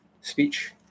speech